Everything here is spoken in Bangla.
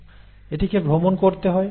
এটিকে ভ্রমণ করতে হয়